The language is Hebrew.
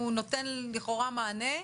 הוא נותן לכאורה מענה,